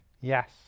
Yes